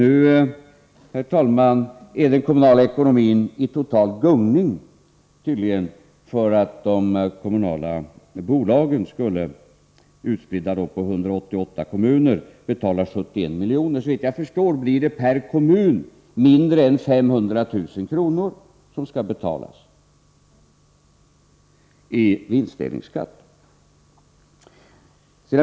Nu är tydligen den kommunala ekonomin i total gungning, därför att de kommunala bolagen fördelade på 188 kommuner skall betala 71 miljoner. Såvitt jag förstår innebär det att mindre än 500 000 kr. per kommun skall betalas i vinstdelningsskatt.